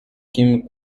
kim